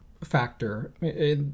factor